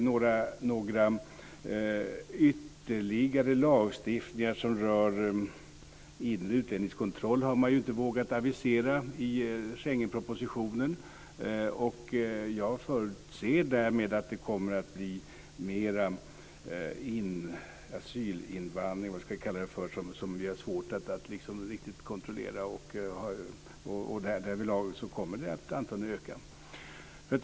Några ytterligare lagstiftningar som rör inre utredningskontroll har man ju inte vågat avisera i Schengenpropositionen. Jag förutser därmed att det kommer att bli mer asylinvandring, eller vad man ska kalla det, som vi har svårt att riktigt kontrollera. Därvidlag kommer den antagligen att öka.